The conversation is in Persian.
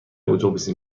اتوبوسی